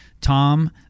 Tom